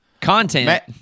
Content